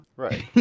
Right